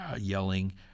yelling